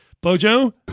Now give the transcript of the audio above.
Bojo